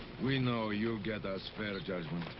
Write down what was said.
we know you'll get us fair judgment.